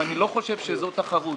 ואני לא חושב שזו תחרות.